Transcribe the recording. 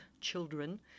children